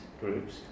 groups